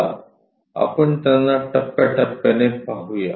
चला आपण त्यांना टप्याटप्याने पाहू या